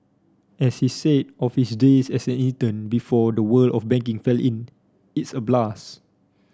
as he said of his days as an intern before the world of banking fell in it's a blast